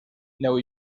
new